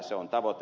se on tavoite